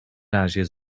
razie